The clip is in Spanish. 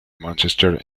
mánchester